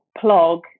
plug